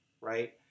right